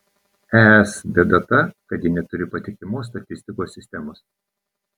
es bėda ta kad ji neturi patikimos statistikos sistemos